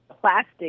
plastic